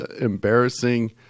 embarrassing